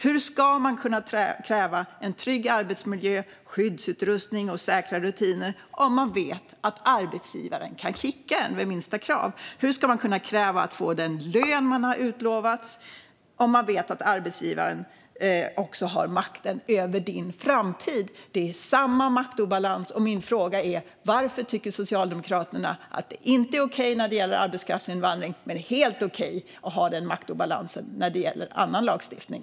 Hur ska man kunna kräva en trygg arbetsmiljö, skyddsutrustning och säkra rutiner om man vet att arbetsgivaren kan kicka en vid minsta krav? Hur ska man kunna kräva att få den lön man har utlovats om man vet att arbetsgivaren har makten över ens framtid? Det är samma maktobalans. Min fråga är: Varför tycker Socialdemokraterna att detta inte är okej när det gäller arbetskraftsinvandring men att det är helt okej att ha denna maktobalans när det gäller annan lagstiftning?